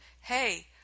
Hey